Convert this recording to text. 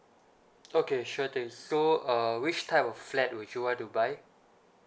okay sure thing so uh which type of flat would you want to buy